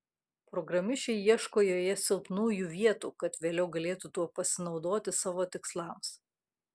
programišiai ieško joje silpnųjų vietų kad vėliau galėtų tuo pasinaudoti savo tikslams